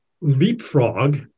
leapfrog